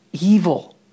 evil